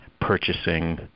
purchasing